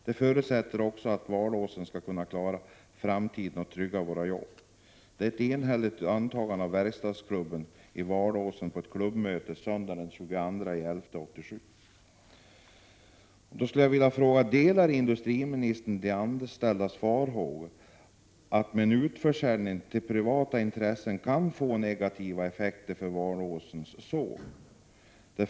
Det är förutsättningen för att Valåsen ska kunna klara framtiden och trygga våra jobb. Jag skulle vilja fråga: Delar industriministern de anställdas förhågor att en utförsäljning till privata intressen kan få negativa effekter för Valåsens såg?